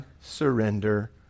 surrender